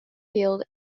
field